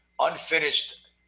unfinished